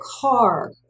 car